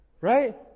right